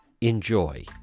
enjoy